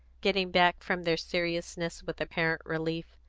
getting back from their seriousness with apparent relief.